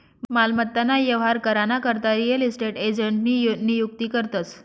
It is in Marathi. मालमत्ता ना व्यवहार करा ना करता रियल इस्टेट एजंटनी नियुक्ती करतस